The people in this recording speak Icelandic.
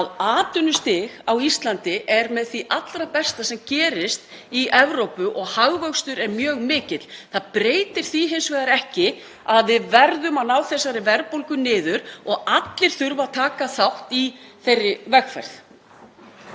að atvinnustig á Íslandi er með því allra besta sem gerist í Evrópu og hagvöxtur er mjög mikill. Það breytir því hins vegar ekki að við verðum að ná þessari verðbólgu niður og allir þurfa að taka þátt í þeirri vegferð.